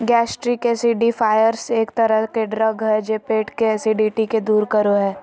gastric acidifiers एक तरह के ड्रग हय जे पेट के एसिडिटी के दूर करो हय